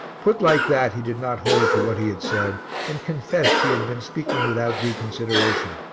put like that, he did not hold to what he had said and confessed he had been speaking without due consideration.